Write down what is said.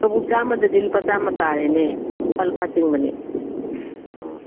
ꯀꯕꯣꯛ ꯆꯥꯝꯃꯗꯗꯤ ꯂꯨꯄꯥ ꯆꯥꯝꯃ ꯇꯥꯔꯦꯅꯦ ꯂꯨꯄꯥ ꯂꯨꯄꯥ ꯆꯤꯡꯕꯅꯦ ꯑꯣ